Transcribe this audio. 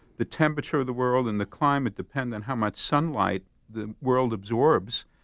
the temperature of the world and the climate depend on how much sunlight the world absorbs.